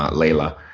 ah leyla,